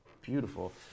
beautiful